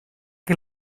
que